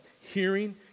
hearing